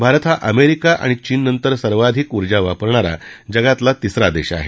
भारत हा अमेरिका आणि चीननंतर सर्वाधिक उर्जा वापरणारा जगातला तिसरा देश आहे